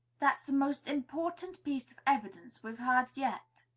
that's the most important piece of evidence we've heard yet,